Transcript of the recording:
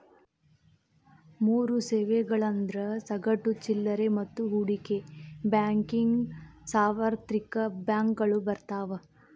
ಮೂರ್ ಸೇವೆಗಳಂದ್ರ ಸಗಟು ಚಿಲ್ಲರೆ ಮತ್ತ ಹೂಡಿಕೆ ಬ್ಯಾಂಕಿಂಗ್ ಸಾರ್ವತ್ರಿಕ ಬ್ಯಾಂಕಗಳು ಬರ್ತಾವ